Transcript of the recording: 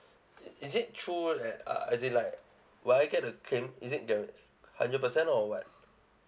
is it true that uh as in like what I get the claim is it the hundred percent or what